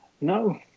No